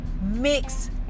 mix